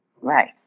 right